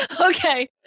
okay